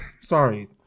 Sorry